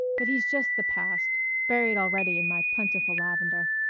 but he's just the past buried already in my plentiful lavender.